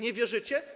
Nie wierzycie?